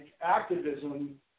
activism